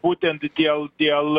būtent dėl dėl